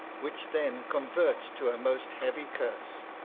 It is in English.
which then convert to a most heavy curse,